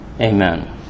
amen